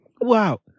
Wow